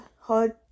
hard